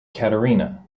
katarina